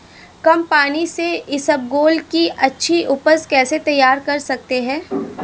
कम पानी से इसबगोल की अच्छी ऊपज कैसे तैयार कर सकते हैं?